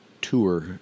tour